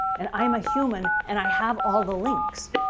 and i'm a human and i have all the links,